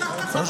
רשות